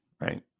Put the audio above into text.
right